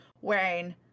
wearing